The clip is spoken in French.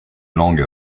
langue